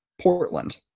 Portland